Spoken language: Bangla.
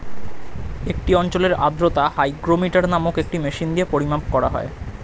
একটি অঞ্চলের আর্দ্রতা হাইগ্রোমিটার নামক একটি মেশিন দিয়ে পরিমাপ করা হয়